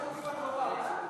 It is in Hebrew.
חוק זכויות התלמיד (תיקון מס' 4), התשע"ד 2014,